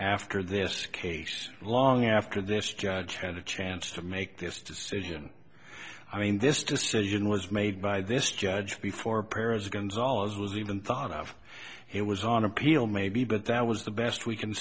after this case long after this judge had a chance to make this decision i mean this decision was made by this judge before paris gonzalez was even thought of it was on appeal maybe but that was the best we can